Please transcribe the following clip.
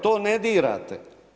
To ne dirate.